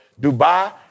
Dubai